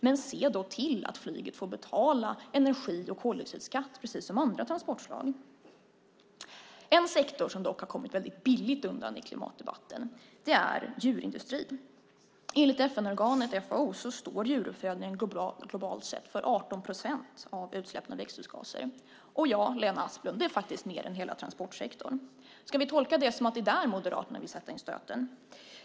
Men se då till att flyget får betala energi och koldioxidskatt, precis som andra transportslag! En sektor som kommit billigt undan i klimatdebatten är djurindustrin. Enligt FN-organet FAO står den globala djuruppfödningen för 18 procent av utsläppen av växthusgaser. Och ja, Lena Asplund, det är mer än hela transportsektorn. Ska vi tolka det som att det är där Moderaterna vill sätta in stöten?